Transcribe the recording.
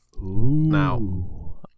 now